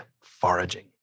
foraging